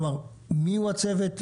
כלומר, מיהו הצוות?